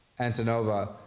Antonova